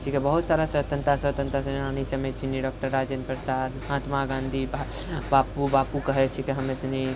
छिके बहुत सारा स्वतन्त्रता स्वतन्त्रता सेनानी सभे छिके डॉक्टर राजेन्द्र प्रसाद महात्मा गाँधी बापू कहै छिके हमे सनि